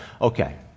Okay